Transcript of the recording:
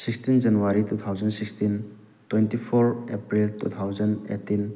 sixteen January two thousand sixteen twenty four April two thousand eighteen